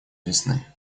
весны